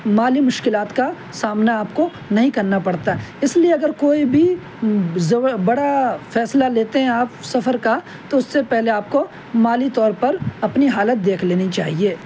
مالی مشکلات کا سامنا آپ كو نہیں کرنا پڑتا اس لیے اگر کوئی بھی بڑا فیصلہ لیتے ہیں آپ سفر کا تو اس سے پہلے آپ كو مالی طور پر اپنی حالت دیکھ لینی چاہیے